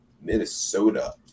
Minnesota